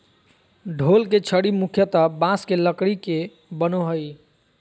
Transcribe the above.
ढोल के छड़ी मुख्यतः बाँस के लकड़ी के बनो हइ